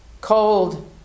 Cold